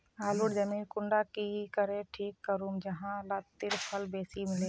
आलूर जमीन कुंडा की करे ठीक करूम जाहा लात्तिर फल बेसी मिले?